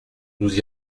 nous